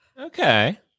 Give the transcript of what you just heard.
Okay